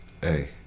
hey